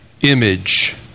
Image